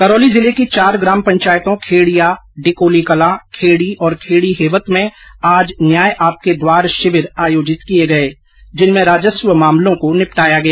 करौली जिले की चार ग्राम पंचायतों खेड़िया डिकोली कलां खेड़ी और खेड़ी हेवत में आज न्याय आपके द्वार शिविर आयोजित किए गए जिनमें राजस्व मामलों को निपटाया गया